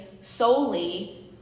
solely